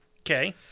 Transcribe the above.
Okay